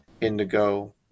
indigo